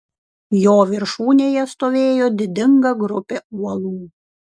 jo viršūnėje stovėjo didinga grupė uolų